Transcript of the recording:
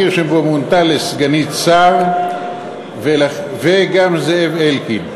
קירשנבאום מונתה לסגנית שר, וגם זאב אלקין,